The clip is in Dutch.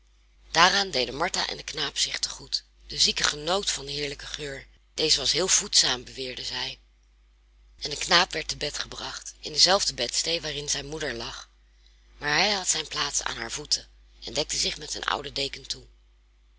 daaraan deden martha en de knaap zich te goed de zieke genoot van den heerlijken geur deze was heel voedzaam beweerde zij en de knaap werd te bed gebracht in dezelfde bedstee waarin zijn moeder lag maar hij had zijn plaats aan haar voeten en dekte zich met een oude deken toe